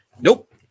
nope